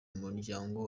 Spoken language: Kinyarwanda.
muryango